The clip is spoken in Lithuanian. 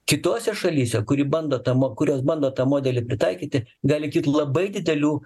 kitose šalyse kuri bando tą mo kurios bando tą modelį pritaikyti gali kilt labai didelių